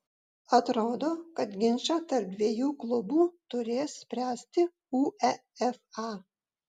atrodo kad ginčą tarp dviejų klubų turės spręsti uefa